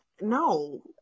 No